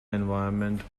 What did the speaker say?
environment